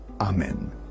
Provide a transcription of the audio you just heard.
amen